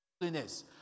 holiness